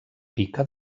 pica